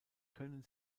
können